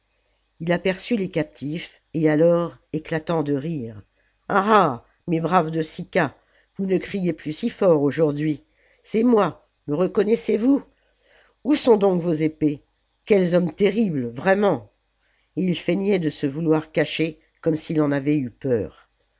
ii aperçut les captifs et alors éclatant de rire ah ah mes braves de sicca vous ne criez plus si fort aujourd'hui c'est moi me reconnaissez-vous oii sont donc vos épées quels hommes terribles vraiment et il feignait de se vouloir cacher comme s'il en avait eu peur